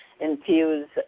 infuse